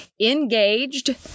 engaged